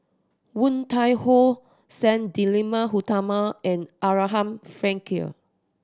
Woon Tai Ho Sang Utama and Abraham Frankel